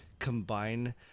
combine